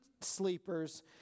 sleepers